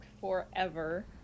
forever